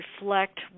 reflect